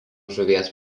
žuvies